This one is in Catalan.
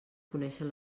coneixen